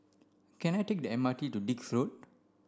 can I take the M R T to Dix Road